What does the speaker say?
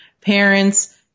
parents